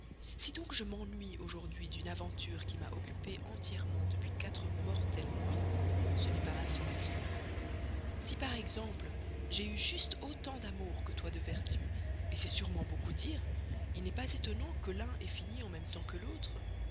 si donc je m'ennuie aujourd'hui d'une aventure qui m'a occupé entièrement depuis quatre mortels mois ce n'est pas ma faute si par exemple j'ai eu juste autant d'amour que toi de vertu c'est sûrement beaucoup dire il n'est pas étonnant que l'un ait fini en même temps que l'autre